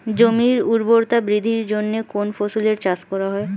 জমির উর্বরতা বৃদ্ধির জন্য কোন ফসলের চাষ করা হয়?